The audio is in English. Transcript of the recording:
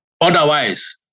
Otherwise